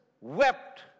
wept